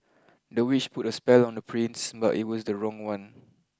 the witch put a spell on the prince but it was the wrong one